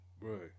right